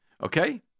Okay